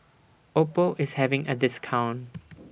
Oppo IS having A discount